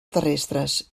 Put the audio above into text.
terrestres